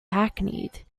hackneyed